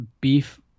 beef